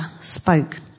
spoke